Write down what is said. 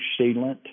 sealant